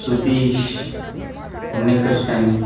सुधीशः उण्णि कृष्णः